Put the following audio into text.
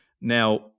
now